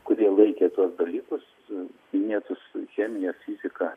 kurie laikė tuos dalykus su minėtus chemiją fiziką